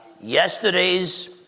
yesterday's